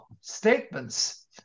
statements